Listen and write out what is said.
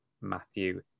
Matthew